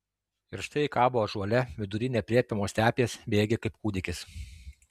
ir štai ji kabo ąžuole vidury neaprėpiamos stepės bejėgė kaip kūdikis